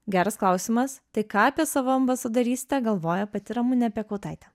geras klausimas tai ką apie savo ambasadorystę galvoja pati ramunė piekautaitė